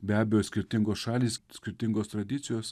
be abejo skirtingos šalys skirtingos tradicijos